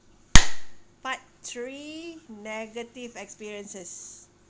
part three negative experiences